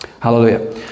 Hallelujah